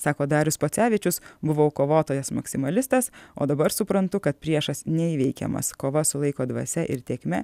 sako darius pocevičius buvau kovotojas maksimalistas o dabar suprantu kad priešas neįveikiamas kova su laiko dvasia ir tėkme